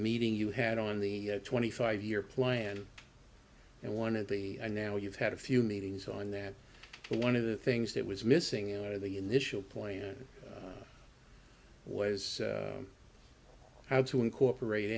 meeting you had on the twenty five year plan and one of the now you've had a few meetings on that one of the things that was missing out of the initial point was how to incorporate